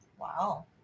Wow